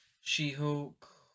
She-Hulk